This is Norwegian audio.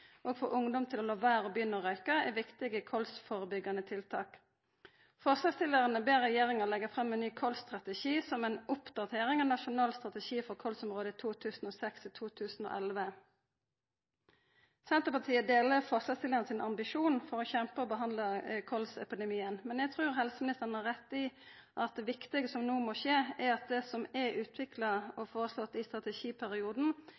å få ungdom til å la vera å begynna å røyka er viktige kolsførebyggjande tiltak. Forslagsstillarane ber regjeringa leggja fram ein ny kolsstrategi som ei oppdatering av Nasjonal strategi for KOLS-området 2006–2011. Senterpartiet deler forslagsstillarane sin ambisjon om å kjempa og behandla kolsepidemien, men eg trur helseministeren har rett i at det viktige som no må skje, er at det som er utvikla